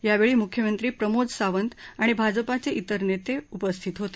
यावेळी मुख्यमंत्री प्रमोद सावंत आणि भाजपाचे तिर नेते उपस्थित होते